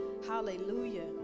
Hallelujah